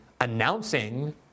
announcing